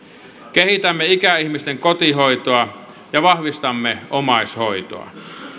kehitämme ikäihmisten kotihoitoa ja vahvistamme omaishoitoa